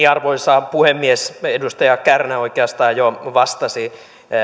arvoisa puhemies edustaja kärnä oikeastaan jo vastasi